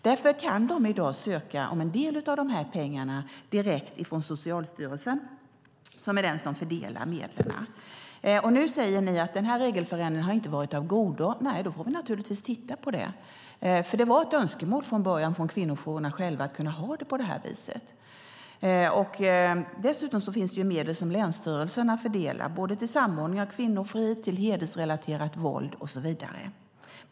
Därför kan de i dag söka en del av de här pengarna direkt från Socialstyrelsen, som är den som fördelar medlen. Nu säger ni att den här regelförändringen inte har varit av godo. Då får vi naturligtvis titta på det. Det var från början ett önskemål från kvinnojourerna själva att kunna ha det på det här viset. Dessutom finns det medel som länsstyrelserna fördelar till samordning av kvinnofrid, till hedersrelaterat våld och så vidare.